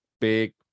big